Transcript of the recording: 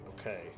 okay